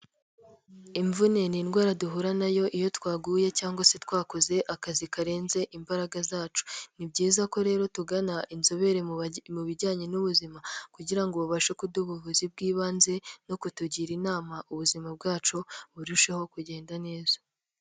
Imvune ni indwara duhura nayo iyo twaguye cyangwa se twakoze akazi karenze imbaraga zacu, ni byiza ko rero tugana inzobere mu bijyanye n'ubuzima kugira ngo babashe kuduha ubuvuzi bw'ibanze, no kutugira inama ubuzima bwacu burusheho kugenda neza.